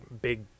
big